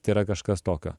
tai yra kažkas tokio